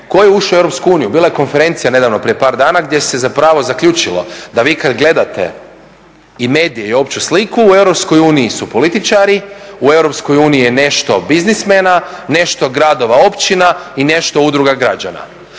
tko je ušao u EU, bila je konferencija nedavno prije dana gdje se zapravo zaključilo da vi kad gledate i medije i opću sliku u EU su političari, u EU je nešto biznismena, nešto gradova, općina i nešto udruga građana.